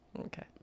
Okay